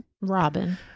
Robin